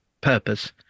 purpose